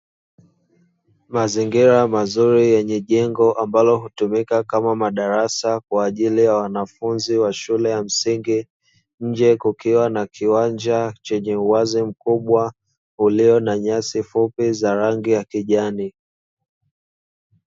Mazingira mazuri yenye jengo, ambalo hutumika kama madarasa kwa ajili ya wanafunzi wa shule ya msingi, nje kukiwa na kiwanja chenye uwazi mkubwa ulio na nyasi fupi za rangi ya kijani.